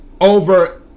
Over